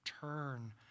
turn